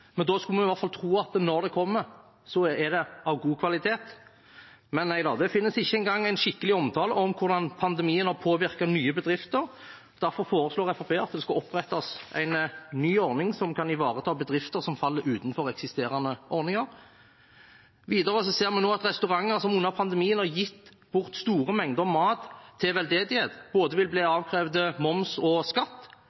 Da skulle man i hvert fall tro at når den kommer, er den av god kvalitet. Men nei, det finnes ikke engang en skikkelig omtale av hvordan pandemien har påvirket nye bedrifter, og derfor foreslår Fremskrittspartiet at det skal opprettes en ny ordning, som kan ivareta bedrifter som faller utenfor eksisterende ordninger. Videre ser vi nå at restauranter som under pandemien har gitt bort store mengder mat til veldedighet, vil bli